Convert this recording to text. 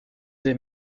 des